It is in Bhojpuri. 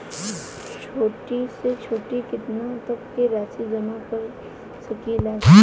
छोटी से छोटी कितना तक के राशि जमा कर सकीलाजा?